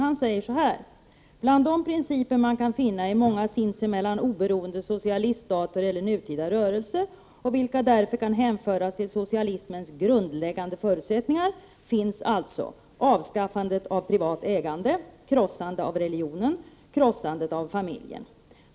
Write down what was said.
Han säger så här: ”Bland de principer man kan finna i många sinsemellan oberoende socialiststater eller nutida rörelser, och vilka därför kan hänföras till socialismens grundläggande förutsättningar, finns alltså: avskaffandet av privat ägande, krossandet av religionen, krossandet av familjen.